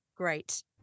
great